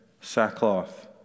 sackcloth